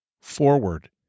forward